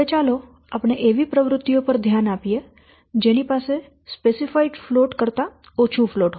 હવે ચાલો આપણે એવી પ્રવૃત્તિઓ પર ધ્યાન આપીએ જેની પાસે સ્પેસિફાઇડ ફ્લોટ કરતા ઓછું ફ્લોટ હોય